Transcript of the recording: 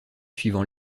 suivant